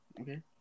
okay